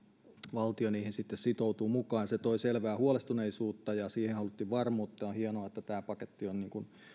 valtio niihin sitten sitoutuu mukaan se toi selvää huolestuneisuutta ja siihen haluttiin varmuutta on hienoa että tämä paketti on